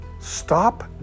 Stop